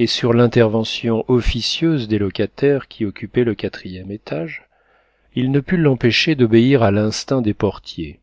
et sur l'intervention officieuse des locataires qui occupaient le quatrième étage il ne put l'empêcher d'obéir à l'instinct des portiers